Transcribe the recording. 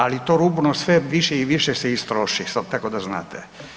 Ali to rubno sve više i više se istroši, tako da znate.